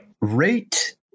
rate